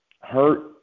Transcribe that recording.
hurt